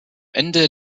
ende